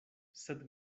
sed